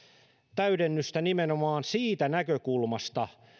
täydennystä nimenomaan siitä näkökulmasta